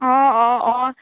অঁ অঁ অঁ